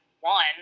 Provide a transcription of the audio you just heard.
one